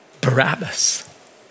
Barabbas